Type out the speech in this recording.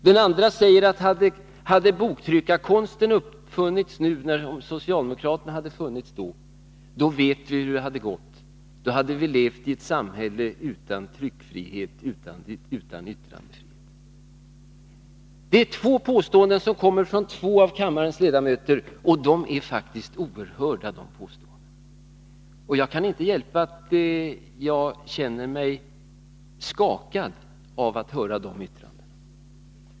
Den andre säger att hade socialdemokratin funnits när boktryckarkonsten uppfanns, vet vi hur det hade gått; då hade vi levt i ett samhälle utan tryckfrihet och utan yttrandefrihet. Det är två påståenden som kommer från två av kammarens ledamöter, och dessa påståenden är faktiskt oerhörda. Jag kan inte hjälpa att jag känner mig skakad av att höra dessa yttranden.